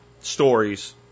stories